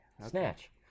Snatch